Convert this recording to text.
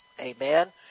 Amen